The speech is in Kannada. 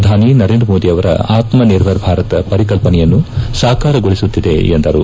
ಪ್ರಧಾನಿ ನರೇಂದ್ರ ಮೋದಿ ಅವರ ಆತ್ಮ ನಿರ್ಭರ್ ಭಾರತ್ ಪರಿಕಲ್ಪನೆಯನ್ನು ಸಾಕಾರಗೊಳಿಸುತ್ತಿದೆ ಎಂದರು